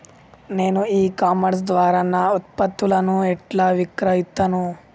నేను e commerce ద్వారా నా ఉత్పత్తులను ఎట్లా విక్రయిత్తను?